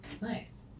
nice